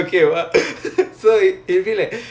ya ya